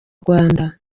rwanda